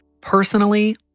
Personally